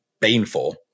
painful